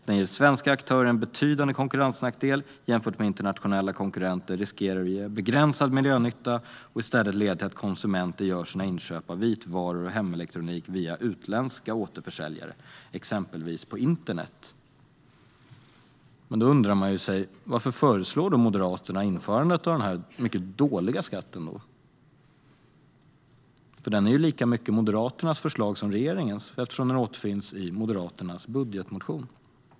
Det ger svenska aktörer en betydande konkurrensnackdel jämfört med internationella konkurrenter och riskerar att endast ge begränsad miljönytta och i stället leda till att konsumenter gör sina inköp av vitvaror och hemelektronik via utländska återförsäljare, exempelvis på internet." Då undrar man ju varför Moderaterna föreslår införandet av denna mycket dåliga skatt. Den är ju lika mycket Moderaternas förslag som regeringens, eftersom den återfinns i Moderaternas budgetmotion.